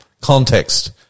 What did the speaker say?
context